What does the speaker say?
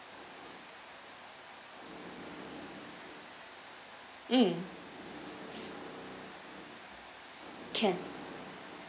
mm can